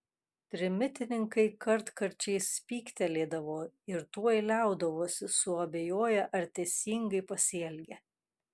trimitininkai kartkarčiais spygtelėdavo ir tuoj liaudavosi suabejoję ar teisingai pasielgė